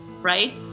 right